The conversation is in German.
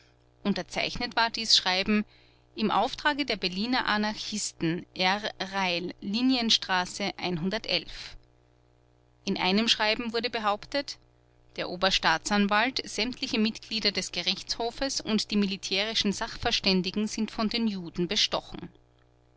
unterzeichnet war dies schreiben im auftrage der berliner anarchisten r rail linienstraße in einem schreiben wurde behauptet der oberstaatsanwalt sämtliche mitglieder des gerichtshofes und die militärischen sachverständigen sind von den juden bestochen